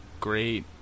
great